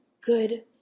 good